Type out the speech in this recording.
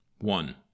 one